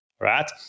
right